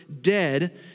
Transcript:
dead